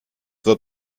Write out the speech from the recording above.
wird